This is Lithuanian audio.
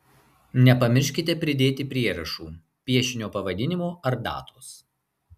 nepamirškite pridėti prierašų piešinio pavadinimo ar datos